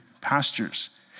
pastures